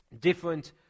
different